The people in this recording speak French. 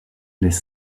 les